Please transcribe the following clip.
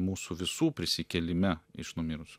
mūsų visų prisikėlime iš numirusių